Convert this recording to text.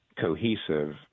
cohesive